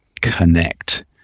connect